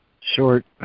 short